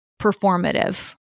performative